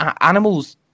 Animals